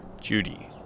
Judy